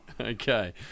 Okay